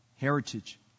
heritage